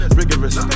rigorous